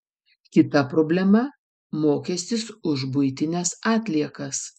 kita problema mokestis už buitines atliekas